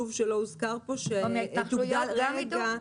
רגע.